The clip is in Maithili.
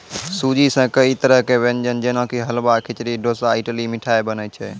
सूजी सॅ कई तरह के व्यंजन जेना कि हलवा, खिचड़ी, डोसा, इडली, मिठाई बनै छै